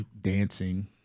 dancing